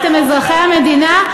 אתם אזרחי המדינה.